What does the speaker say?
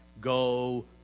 go